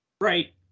Right